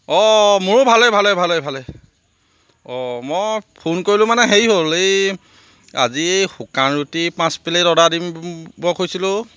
অঁ মোৰো ভালে ভালে ভালে ভালে অঁ মই ফোন কৰিলোঁ মানে হেৰি হ'ল এই আজি এই শুকান ৰুটি পাঁচ প্লেট অৰ্ডাৰ দিব খুজিছিলোঁ